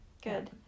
Good